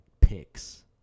picks